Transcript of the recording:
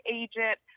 agent –